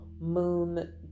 moon